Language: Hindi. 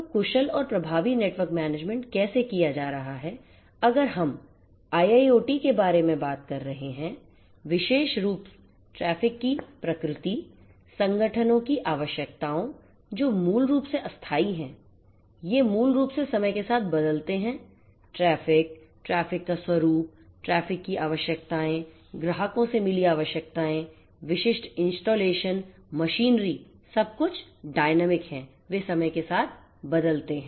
तो कुशल और प्रभावी नेटवर्क मैनेजमेंट कैसे किया जा रहा है अगर हम IIoT के बारे में बात कर रहे हैं विशेष रूप ट्रैफिक की प्रकृति संगठनों की आवश्यकताओं जो मूल रूप से अस्थाई हैं ये मूल रूप से समय के साथ बदलते हैं ट्रैफिक ट्रैफिक का स्वरूप ट्रैफिक की आवश्यकताएं ग्राहकों से मिली आवश्यकताएं विशिष्ट इंस्टॉलेशन मशीनरी सब कुछ डायनामिक है वे समय के साथ बदलते हैं